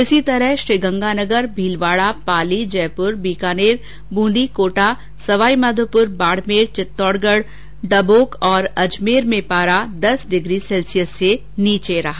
इसी तरह श्रीगंगानगर भीलवाडा पाली जयपुर बीकानेर ब्रंदी कोटा सवाईमाधोपुर बाडमेर चित्तौडगढ डबोक और अजमेर में पारा दस डिग्री सैल्सियस से नीचे रहा